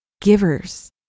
Givers